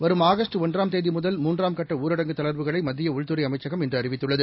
வரும் ஆகஸ்ட் ஒன்றாம் தேதிமுதல் மூன்றாம் கட்டஊரடங்கு தளர்வுகளைமத்தியஉள்துறைஅமைச்சகம் இன்றுஅறிவித்துள்ளது